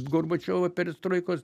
gorbačiovo perestroikos